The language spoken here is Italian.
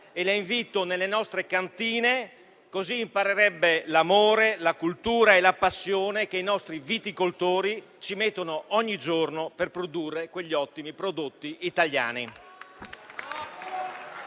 e la inviterei nelle nostre cantine così imparerebbe l'amore, la cultura e la passione che i nostri viticoltori ci mettono ogni giorno per produrre quegli ottimi prodotti italiani.